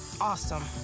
awesome